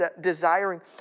desiring